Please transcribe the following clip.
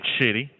Shitty